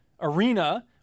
arena